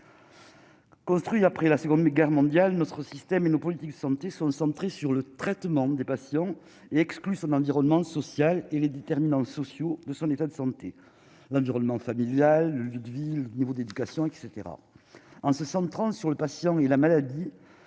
Construit après la Seconde Guerre mondiale, notre système et nos politiques de santé sont ne sommes très sur le traitement des patients et exclu son environnement social et les déterminants sociaux de son état de santé, l'environnement familial, le vide, ville, niveau d'éducation etc en se centrant sur le patient et la maladie,